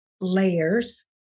layers